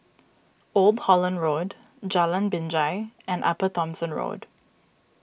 Old Holland Road Jalan Binjai and Upper Thomson Road